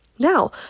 Now